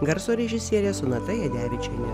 garso režisierė sonata jadevičienė